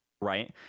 right